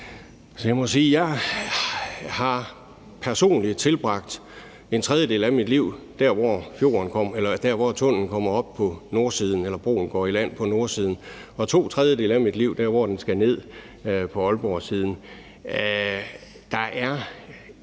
jeg har personligt tilbragt en tredjedel af mit liv der, hvor broen går i land på nordsiden, og to tredjedele af mit liv der, hvor den skal ned på Aalborgsiden. Der er